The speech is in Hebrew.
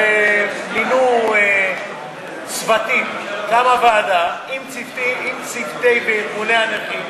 מינו צוותים, קמה ועדה עם צוותי וארגוני הנכים,